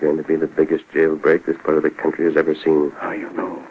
going to be the biggest jail break this part of the country has ever seen s